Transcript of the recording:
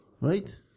right